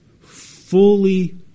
fully